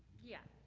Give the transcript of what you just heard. yeah,